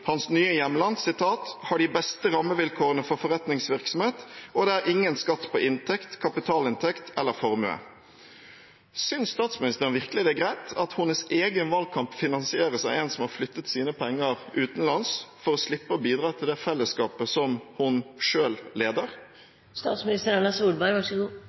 hans nye hjemland har de beste rammevilkårene for forretningsvirksomhet, og at det ikke er skatt på inntekt, kapitalinntekt eller formue. Synes statsministeren virkelig det er greit at hennes egen valgkamp finansieres av en som har flyttet sine penger utenlands for å slippe å bidra til det fellesskapet som hun